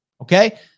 okay